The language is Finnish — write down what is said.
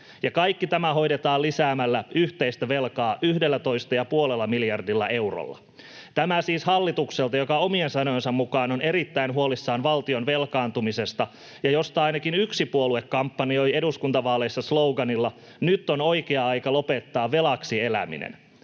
kaikki tämä hoidetaan lisäämällä yhteistä velkaa 11,5 miljardilla eurolla. Tämä siis hallitukselta, joka omien sanojensa mukaan on erittäin huolissaan valtion velkaantumisesta ja josta ainakin yksi puolue kampanjoi eduskuntavaaleissa sloganilla ”nyt on oikea aika lopettaa velaksi eläminen”.